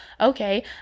okay